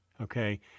okay